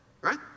right